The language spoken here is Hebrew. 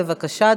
בבקשה,